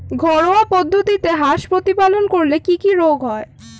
ঘরোয়া পদ্ধতিতে হাঁস প্রতিপালন করলে কি কি রোগ হয়?